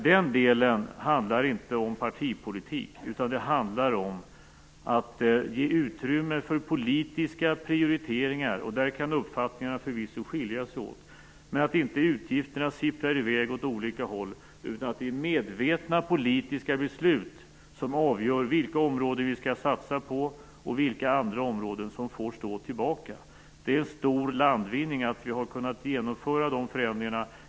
Den delen handlar inte om partipolitik, utan den handlar om att ge utrymme för politiska prioriteringar - och där kan uppfattningarna förvisso skilja sig åt - så att utgifterna inte sipprar i väg åt olika håll utan att det är medvetna politiska beslut som avgör vilka områden som vi skall satsa på och vilka andra områden som får stå tillbaka. Det är en stor landvinning att vi har kunnat genomföra dessa förändringar.